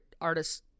artists